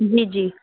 جی جی